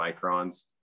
microns